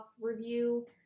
review